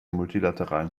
multilateralen